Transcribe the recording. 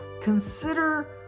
consider